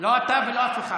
לא אתה ולא אף אחד.